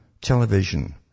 television